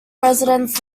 residents